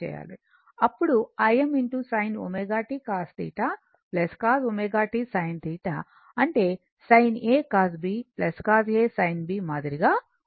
అప్పుడు Im sin ω t cos θ cos ω t sin θ అంటే sin A cos B cos A sin B మాదిరిగా ఉంటుంది